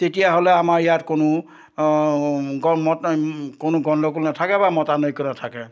তেতিয়াহ'লে আমাৰ ইয়াত কোনো গৰমত কোনো গণ্ডগোল নেথাকে বা মতানৈক্য নেথাকে